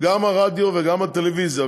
גם הרדיו וגם הטלוויזיה,